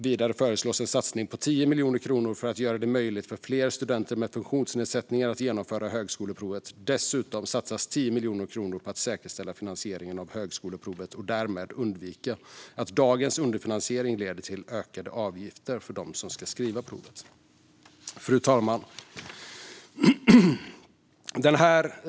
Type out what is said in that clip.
Vidare föreslås en satsning på 10 miljoner kronor för att göra det möjligt för fler studenter med funktionsnedsättningar att genomföra högskoleprovet. Dessutom satsas 10 miljoner kronor på att säkerställa finansieringen av högskoleprovet och därmed undvika att dagens underfinansiering leder till ökade avgifter för dem som ska skriva provet. Fru talman!